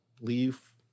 leave